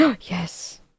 Yes